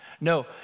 No